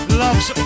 loves